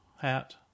hat